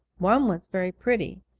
one was very pretty,